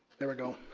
there we go.